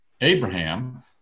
Abraham